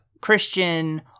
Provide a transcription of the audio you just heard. Christian